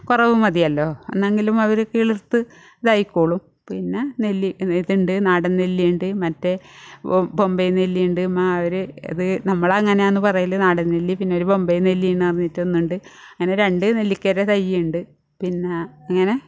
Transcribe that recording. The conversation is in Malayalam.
കുറവ് മതിയല്ലോ എന്നെങ്കിലും അവർ കിളിർത്ത് ഇതായിക്കോളും പിന്നെ നെല്ലി ഇതുണ്ട് നാടൻ നെല്ലിയുണ്ട് മറ്റേ ബോംബെ നെല്ലി ഉണ്ട് മാ ഒരു ഇത് നമ്മൾ അങ്ങനെയാണ് പറയൽ നാടൻ നെല്ലി പിന്നെ ഒരു ബോംബെ നെല്ലി എന്ന് പറഞ്ഞിട്ട് ഒന്നുണ്ട് അങ്ങനെ രണ്ട് നെല്ലിക്കയുടെ തൈയുണ്ട് പിന്നെ അങ്ങനെ